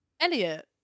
Elliot